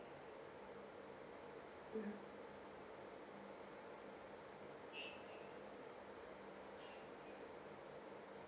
mm